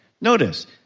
Notice